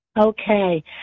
Okay